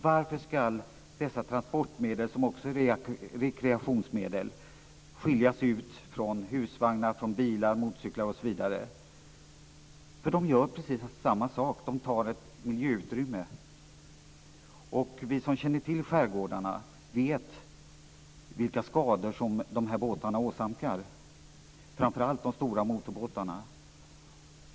Varför skall fritidsbåtarna, dessa transportmedel som också är rekreationsmedel, skiljas ut från husvagnar, bilar, motorcyklar osv.? De gör precis samma sak, nämligen tar i anspråk ett miljöutrymme. Vi som känner till skärgårdarna vet vilka skador de här båtarna åstadkommer, framför allt de stora motorbåtarna.